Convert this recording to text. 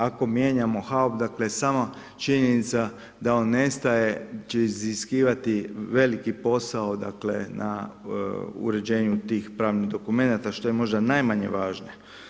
Ako mijenjamo HAUB dakle, sama činjenica da on nestaje, će iziskivati veliki posao na uređenju tih pravnih dokumenta, što je možda najmanje važno.